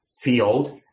field